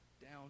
Down